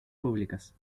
públicas